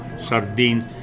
sardine